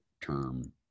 term